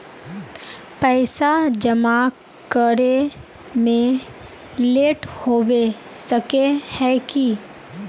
पैसा जमा करे में लेट होबे सके है की?